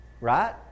right